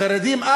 החרדים,